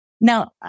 Now